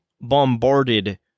bombarded